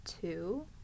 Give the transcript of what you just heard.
two